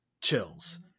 chills